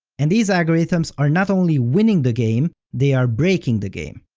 and these algorithms are not only winning the game, they are breaking the game.